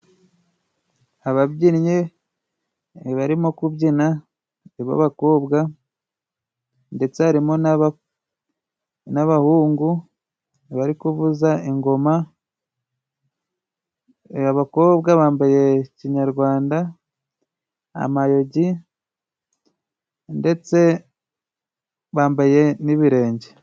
Ababyinnyi barimo kubyina b'abakobwa, ndetse harimo n'abahungu bari kuvuza ingoma, abakobwa bambaye kinyarwanda, amayogi ndetse bambaye n'ibirenge.